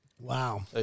Wow